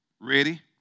Ready